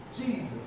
Jesus